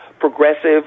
progressive